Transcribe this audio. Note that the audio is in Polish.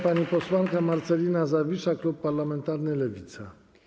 Pani posłanka Marcelina Zawisza, klub parlamentarny Lewicy.